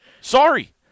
Sorry